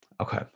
Okay